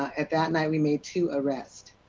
at that night, we made two arrests.